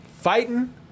fighting